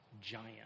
giant